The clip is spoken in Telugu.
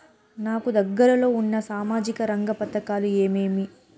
నాకు దగ్గర లో ఉన్న సామాజిక రంగ పథకాలు ఏమేమీ?